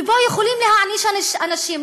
ופה יכולים להעניש אנשים,